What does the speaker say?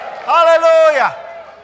Hallelujah